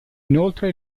inoltre